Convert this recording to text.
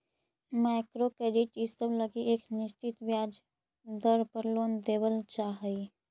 micro credit इसब लगी एक निश्चित ब्याज दर पर लोन देवल जा हई